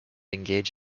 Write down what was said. engage